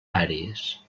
àrees